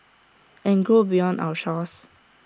and grow beyond our shores